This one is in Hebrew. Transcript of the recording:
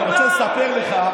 אני רוצה לספר לך,